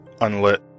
unlit